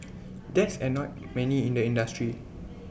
that's annoyed many in the industry